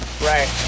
right